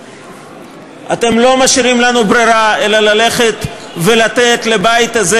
אתם לא משאירים לנו ברירה אלא ללכת ולתת לבית הזה